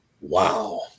Wow